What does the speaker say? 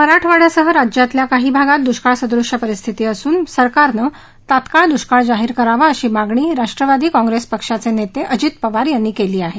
मराठवाङ्यासह राज्यातल्या काही भागात दुष्काळ सदृश्य परिस्थिती असून सरकारनं तात्काळ दुष्काळ जाहीर करण्याची मागणी राष्ट्रवादी काँप्रेस पक्षाचे नेते अजित पवार यांनी केली आहे